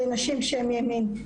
לנשים שהן מימין,